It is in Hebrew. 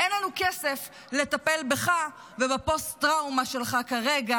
אין לנו כסף לטפל בך ובפוסט-טראומה שלך כרגע.